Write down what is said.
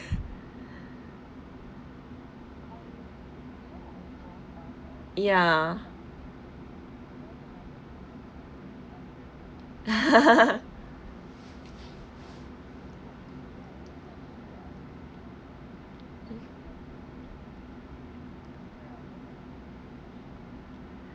ya